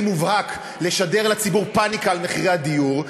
מובהק לשדר לציבור פניקה על מחירי הדיור,